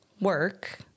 work